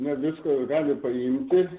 ne viską gali paimti